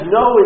no